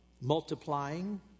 multiplying